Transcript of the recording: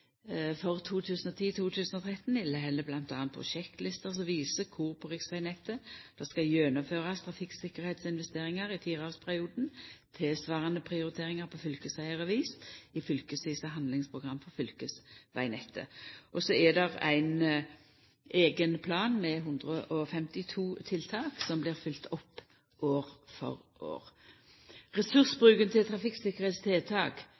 som viser kor på riksvegnettet det skal gjennomførast trafikktryggleiksinvesteringar i fireårsperioden. Tilsvarande prioriteringar på fylkesvegar er viste i fylkesvise handlingsprogram for fylkesvegnettet. Så er det ein eigen plan med 152 tiltak som blir følgt opp år for år.